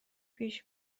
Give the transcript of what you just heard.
پیش